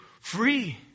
free